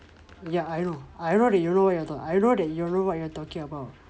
ya I know I know that you know what I know that you know what you are talking about